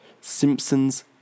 Simpsons